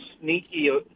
sneaky